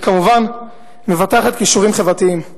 וכמובן מפתחת כישורים חברתיים.